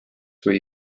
või